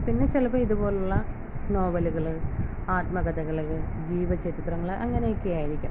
പിന്നെ ചിലപ്പം ഇതുപോലുള്ള നോവലുകൾ ആത്മകഥകൾ ജീവചരിത്രങ്ങൾ അങ്ങനെയക്കെ ആയിരിയ്ക്കാം